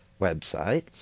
website